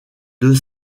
deux